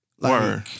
Work